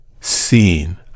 Seen